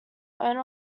owner